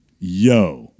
Yo